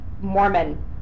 Mormon